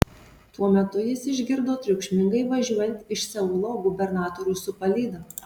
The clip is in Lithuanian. tuo metu jis išgirdo triukšmingai važiuojant iš seulo gubernatorių su palyda